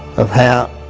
of how